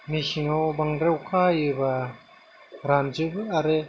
मेसेङाव बांद्राय अखा हायोबा रानजोबो आरो